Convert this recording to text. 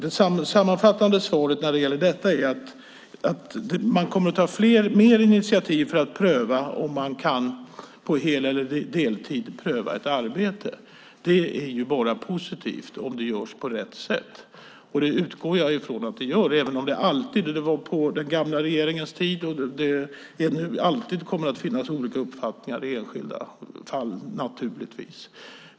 Det sammanfattande svaret när det gäller detta är att man kommer att ta fler initiativ för att människor ska pröva ett arbete på hel eller deltid. Det är bara positivt, om det görs på rätt sätt, och det utgår jag från att det görs även om det naturligtvis alltid kommer att finnas olika uppfattningar i enskilda fall. Så var det också på den gamla regeringens tid.